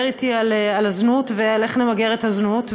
אתי על הזנות ועל איך למגר את הזנות.